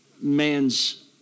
man's